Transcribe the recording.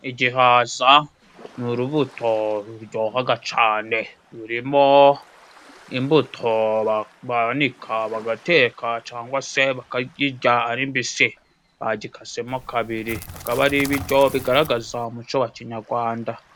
Igihaza ni urubuto ruryohaga cyane. Rurimo imbuto banika bagateka cangwa se bakazijya ari mbisi. Bagikasemo kabiri bikaba ari ibijyo bigaragaza umuco wa kinyarwanda.